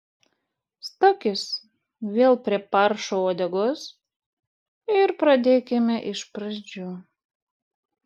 stokis vėl prie paršo uodegos ir pradėkime iš pradžių